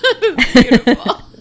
Beautiful